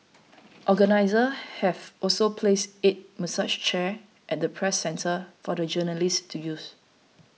organiser have also placed eight massage chairs at the Press Centre for the journalists to use